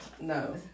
No